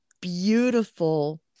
beautiful